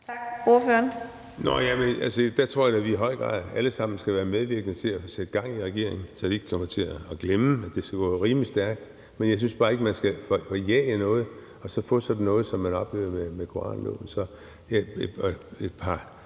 Espersen (DD): Jamen der tror jeg da i høj grad vi alle sammen skal være medvirkende til at sætte gang i regeringen, så de ikke kommer til at glemme, at det skal gå rimelig stærkt. Men jeg synes bare ikke, at man skal forjage noget og så få sådan noget, som man oplevede med koranloven. Så et par